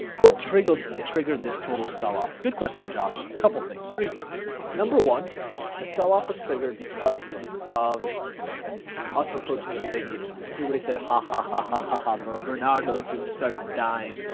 what triggered triggered this total sell-off good question josh a couple things three things number one the sell-off was triggered because of us approaching a big even everybody said hahahahahaha, bro bernardo. just started dying